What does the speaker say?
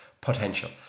potential